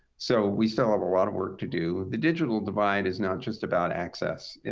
so we still have a lot of work to do. the digital divide is not just about access.